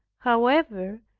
however,